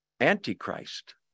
antichrist